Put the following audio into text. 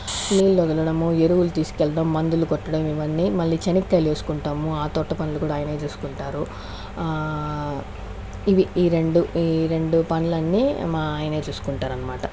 నీళ్లు వదలడము ఎరువులు తీసుకెళ్ళడము మందులు కొట్టడం ఇవన్నీ మళ్ళీ చెనక్కాయలు వేసుకుంటాము ఆ తోట పనులు కూడా అన్ని ఆయనే చూసుకుంటారు ఇవి ఈ రెండు ఈ రెండు పనులన్నీ మా ఆయనే చూసుకుంటారనమాట